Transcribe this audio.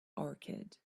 orchid